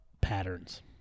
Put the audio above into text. patterns